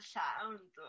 sound